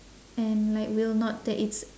and like will not that it's